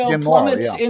plummets